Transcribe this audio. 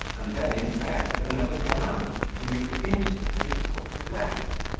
and then in bed with another gallant, whom he would instantly put to death.